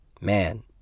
man